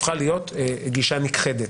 הפכה להיות גישה נכחדת.